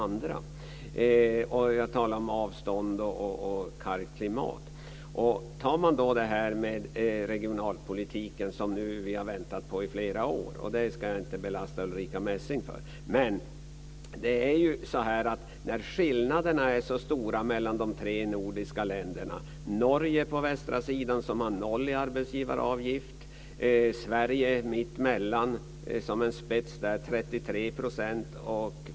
Vi talar om avstånd och kallt klimat. Vi har nu väntat på propositionen om en ny regionalpolitik i flera år, men det ska jag inte belasta Ulrica Messing för. Skillnaderna mellan de tre nordiska länderna är stora. Norge på den västra sidan har noll i arbetsgivaravgift. Sverige, som ligger mittemellan, har 33 % i arbetsgivaravgift.